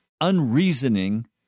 unreasoning